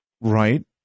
Right